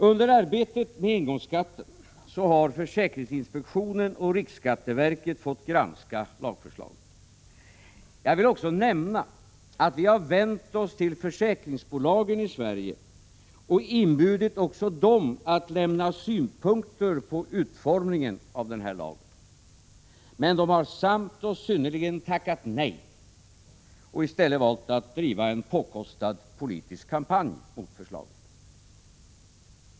Under arbetet med engångsskatten har försäkringsinspektionen och riksskatteverket fått granska lagförslaget. Jag vill också nämna att vi har vänt oss till försäkringsbolagen i Sverige och inbjudit dem att lämna synpunkter på utformningen av lagen. Men de har samt och synnerligen tackat nej och i stället valt att driva en påkostad politisk kampanj mot förslaget.